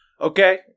Okay